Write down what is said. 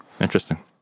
Interesting